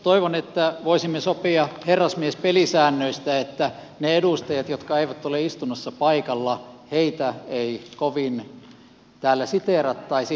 toivon että voisimme sopia herrasmiespelisäännöistä että niitä edustajia jotka eivät ole istunnossa paikalla ei kovin täällä siteerattaisi